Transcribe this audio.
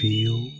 Feel